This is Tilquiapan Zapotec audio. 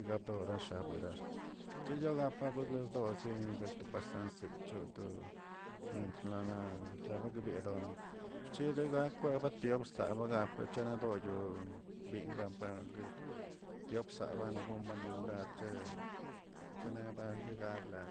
egatorasho chiyolagak porlosdosie sekto pasansi cho to mientr nana rabagabiedon cheda gak kweba yobrsabaga echadoyono binga pagə tiopsani gonbueni nombrar che chene bla guegabla